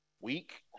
Week